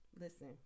Listen